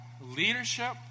leadership